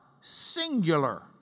singular